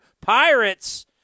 Pirates